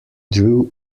drew